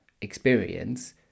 experience